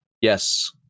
Yes